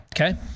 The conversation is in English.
okay